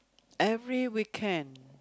every weekend